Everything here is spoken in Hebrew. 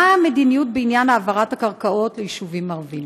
מה המדיניות בעניין העברת קרקעות ליישובים ערביים?